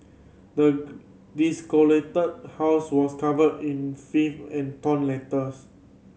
the house was covered in filth and torn letters